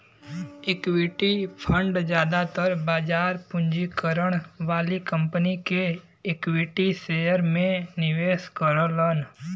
equity fund जादातर बाजार पूंजीकरण वाली कंपनी के इक्विटी शेयर में निवेश करलन